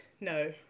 No